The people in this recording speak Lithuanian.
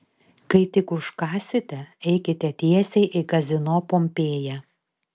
kai tik užkąsite eikite tiesiai į kazino pompėja